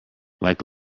like